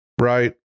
right